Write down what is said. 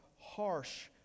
harsh